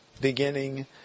beginning